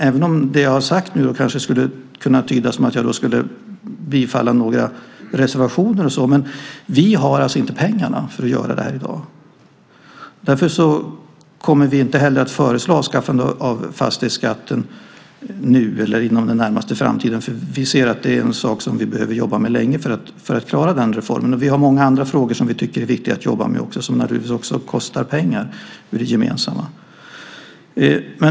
Även om det som jag har sagt nu kanske skulle kunna tydas som att jag skulle bifalla några reservationer så har vi inte pengarna för att göra det här i dag. Därför kommer vi inte heller att föreslå avskaffande av fastighetsskatten nu eller inom den närmaste framtiden. Vi ser att det är en sak som vi behöver jobba med länge om vi ska klara den reformen. Vi har många andra frågor som vi tycker är viktiga att jobba med också och som kostar pengar ur det gemensamma.